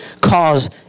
cause